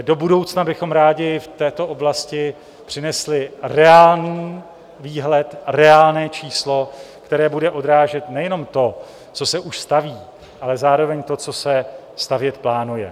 Do budoucna bychom rádi v této oblasti přinesli reálný výhled, reálné číslo, které bude odrážet nejenom to, co se už staví, ale zároveň to, co se stavět plánuje.